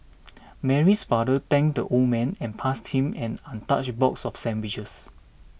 Mary's father thanked the old man and passed him an untouched box of sandwiches